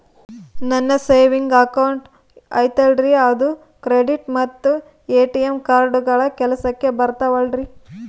ನನ್ನ savings account ಐತಲ್ರೇ ಅದು ಕ್ರೆಡಿಟ್ ಮತ್ತ ಎ.ಟಿ.ಎಂ ಕಾರ್ಡುಗಳು ಕೆಲಸಕ್ಕೆ ಬರುತ್ತಾವಲ್ರಿ?